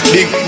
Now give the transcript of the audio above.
Big